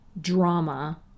Drama